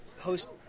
Host